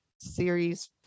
series